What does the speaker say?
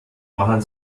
machen